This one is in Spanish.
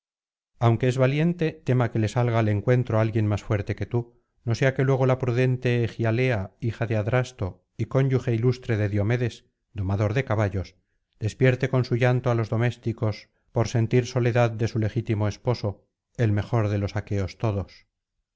aunque es valiente tema que le salga al encuentro alguien más fuerte que tú no sea que luego la pru dente egialea hija de adrasto y cónyuge ilustre de diomedes domador de caballos despierte con su llanto á los domésticos por sentir soledad de su legítimo esposo el mejor de los aqueos todos